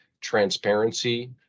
transparency